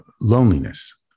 loneliness